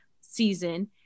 season